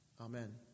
Amen